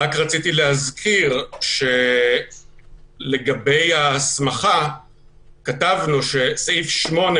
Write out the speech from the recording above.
רק רציתי להזכיר לגבי ההסמכה שכתבנו שסעיף 8,